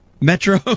Metro